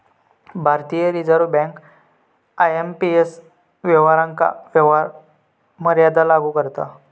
भारतीय reserve bank IMPS व्यवहारांवर व्यवहार मर्यादा लागू करता